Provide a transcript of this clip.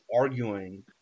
arguing